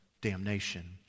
damnation